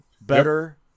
better